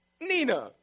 Nina